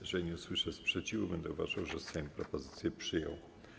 Jeżeli nie usłyszę sprzeciwu, będę uważał, że Sejm propozycje przyjął.